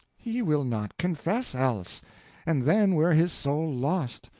he will not confess, else and then were his soul lost.